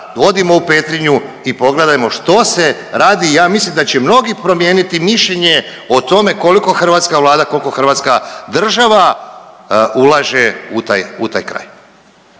odimo u Petrinju i pogledajmo što se radi i ja mislim da će mnogi promijeniti mišljenje o tome koliko hrvatska Vlada, koliko hrvatska država ulaže u taj, u taj